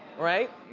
right?